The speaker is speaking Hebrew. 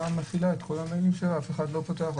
מכילה את כל המיילים שאף אחד לא פותח.